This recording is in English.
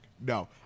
No